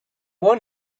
one